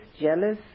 jealous